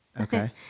Okay